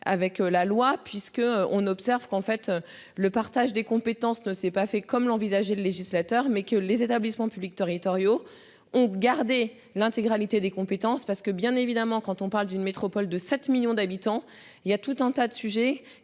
avec la loi puisque on observe qu'en fait le partage des compétences ne s'est pas fait comme l'envisageait le législateur mais que les établissements publics territoriaux ont gardé l'intégralité des compétences parce que bien évidemment quand on parle d'une métropole de 7 millions d'habitants, il y a tout un tas de sujets